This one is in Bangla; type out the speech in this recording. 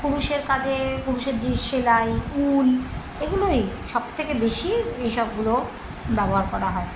কুরুশের কাজে কুরুশের যে সেলাই উল এগুলোই সব থেকে বেশি এইসবগুলো ব্যবহার করা হয়